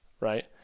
right